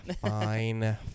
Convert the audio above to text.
fine